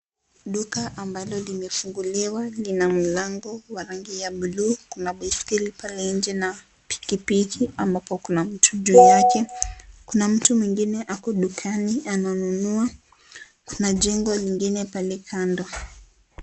Duka ambalo limefunguliwa lina mlango wa rangi ya buluu. Kuna baiskeli pale nje na pikipiki ambapo kuna mtu juu yake. Kuna mtu mwengine ako dukani ananunua. Kuna jengo lingine pale kando.